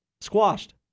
squashed